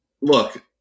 look